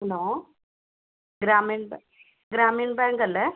hello Gramin Gramin ബാങ്കല്ലേ